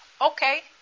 Okay